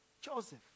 Joseph